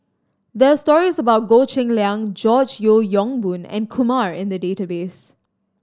there are stories about Goh Cheng Liang George Yeo Yong Boon and Kumar in the database